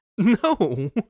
No